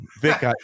Vic